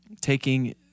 taking